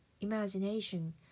Imagination